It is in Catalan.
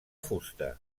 fusta